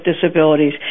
Disabilities